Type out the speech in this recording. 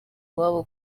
iwabo